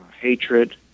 hatred